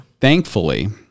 thankfully